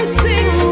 sing